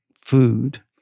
food